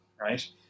right